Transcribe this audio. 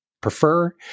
prefer